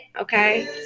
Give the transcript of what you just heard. Okay